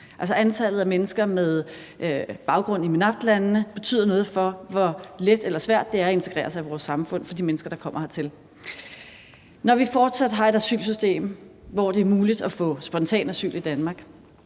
antallet af mennesker med baggrund i MENAPT-landene betyder noget for, hvor let eller svært det er at integrere sig i vores samfund for de mennesker, der kommer hertil. Når vi fortsat har et asylsystem i Danmark, hvor det er muligt at få spontan asyl,